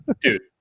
Dude